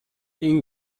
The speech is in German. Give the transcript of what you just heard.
ihn